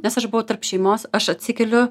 nes aš buvau tarp šeimos aš atsikeliu